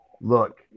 look